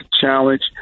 challenge